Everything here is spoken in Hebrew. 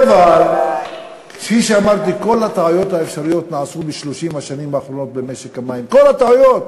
כפי שאמרתי, ב-30 השנים האחרונות נעשו כל הטעויות